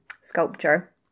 sculpture